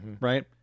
right